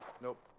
Nope